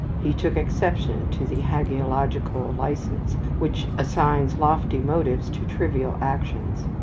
he took exception to the hagiological licence which assigns lofty motives to trivial actions.